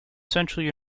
central